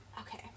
okay